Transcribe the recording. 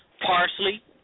parsley